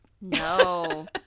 No